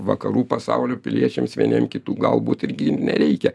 vakarų pasaulio piliečiams vieniem kitų galbūt irgi nereikia